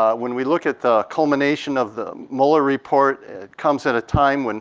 ah when we look at the culmination of the mueller report, it comes at a time when